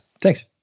thanks